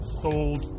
sold